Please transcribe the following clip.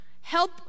Help